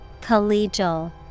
Collegial